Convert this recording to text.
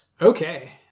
Okay